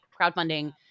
crowdfunding